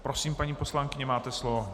Prosím, paní poslankyně, máte slovo.